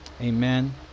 Amen